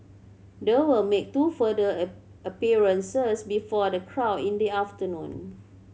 they will make two further a appearances before the crowd in the afternoon